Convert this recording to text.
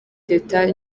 d’etat